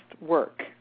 work